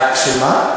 מה?